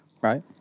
Right